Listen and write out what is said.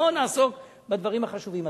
בואו נעסוק בדברים החשובים.